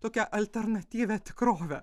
tokią alternatyvią tikrovę